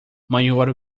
maior